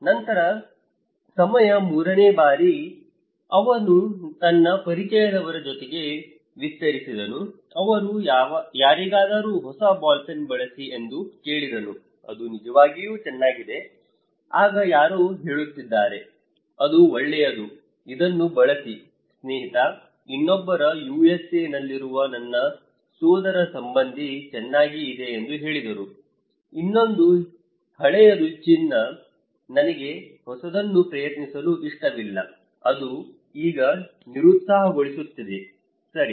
ನಂತರ ಸಮಯ ಮೂರನೇ ಬಾರಿ ಅವನು ತನ್ನ ಪರಿಚಯದವರ ಜೊತೆಗೆ ವಿಸ್ತರಿಸಿದನು ಅವನು ಯಾರಿಗಾದರೂ ಹೊಸ ಬಾಲ್ ಪೆನ್ ಬಳಸಿ ಎಂದು ಕೇಳಿದನು ಅದು ನಿಜವಾಗಿಯೂ ಚೆನ್ನಾಗಿದೆ ಆಗ ಯಾರೋ ಹೇಳುತ್ತಿದ್ದಾರೆ ಅದು ಒಳ್ಳೆಯದು ಇದನ್ನು ಬಳಸಿ ಸ್ನೇಹಿತ ಇನ್ನೊಬ್ಬರು USA ನಲ್ಲಿರುವ ನನ್ನ ಸೋದರಸಂಬಂಧಿ ಚೆನ್ನಾಗಿ ಇದೆ ಎಂದು ಹೇಳಿದರು ಇನ್ನೊಂದು ಹಳೆಯದು ಚಿನ್ನ ನನಗೆ ಹೊಸದನ್ನು ಪ್ರಯತ್ನಿಸಲು ಇಷ್ಟವಿಲ್ಲ ಅದು ಈಗ ನಿರುತ್ಸಾಹಗೊಳಿಸುತ್ತಿದೆ ಸರಿ